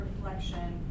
reflection